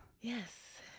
Yes